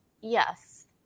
Yes